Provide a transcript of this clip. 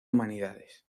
humanidades